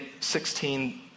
16